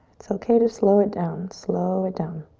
it's okay to slow it down, slow it down.